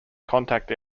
contact